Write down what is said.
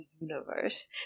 universe